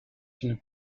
une